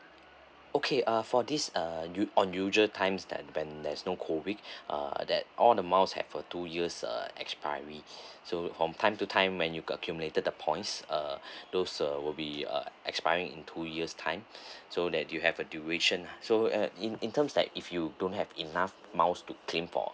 okay uh for this uh u~ on usual times that when there's no COVID uh that all the miles had for two years uh expiry so from time to time when you got accumulated the points uh those uh will be uh expiring in two years time so that you have a duration so uh in in terms like if you don't have enough miles to claim for